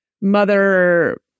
mother